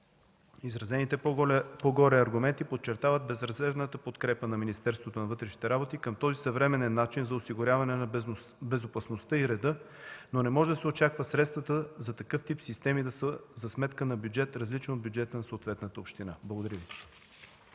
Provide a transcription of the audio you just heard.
Изразените по-горе аргументи подчертават безрезервната подкрепа на Министерството на вътрешните работи към този съвременен начин за осигуряване на безопасността и реда, но не може да се очаква средствата за такъв тип системи да са за сметка на бюджет, различен от бюджета на съответната община. Благодаря.